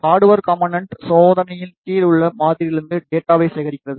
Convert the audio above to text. hardware component சோதனையின் கீழ் உள்ள மாதிரியிலிருந்து டேட்டாவை சேகரிக்கிறது